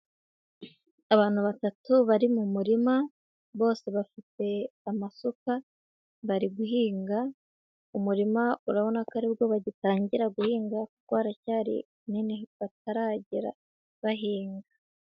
Abantu batatu bari mu murima, bose bafite amasuka bari guhinga umurima urabona ko ari bwo bagitangira guhinga kuko haracyari hanini bataragera bahinga.